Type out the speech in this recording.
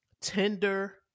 tender